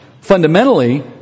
Fundamentally